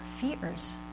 fears